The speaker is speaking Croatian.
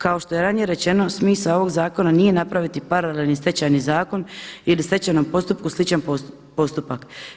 Kao što je ranije rečeno, smisao ovoga zakona nije napraviti paralelni stečajni zakon ili stečajnom postupku sličan postupak.